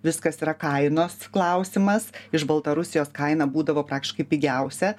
viskas yra kainos klausimas iš baltarusijos kaina būdavo praktiškai pigiausia